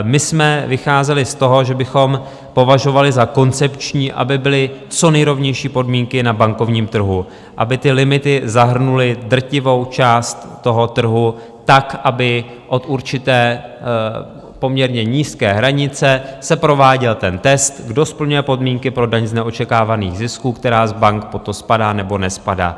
My jsme vycházeli z toho, že bychom považovali za koncepční, aby byly co nejrovnější podmínky na bankovním trhu, aby limity zahrnuly drtivou část toho trhu tak, aby od určité poměrně nízké hranice se prováděl ten test, kdo splňuje podmínky pro daň z neočekávaných zisků, která z bank pod to spadá nebo nespadá.